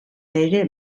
ere